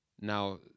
Now